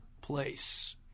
place